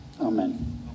Amen